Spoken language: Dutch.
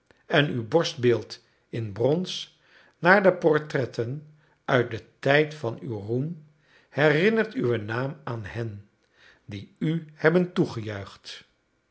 en uw borstbeeld in brons naar de portretten uit den tijd van uw roem herinnert uwen naam aan hen die u hebben